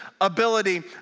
ability